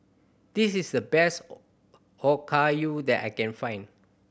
this is the best Okayu that I can find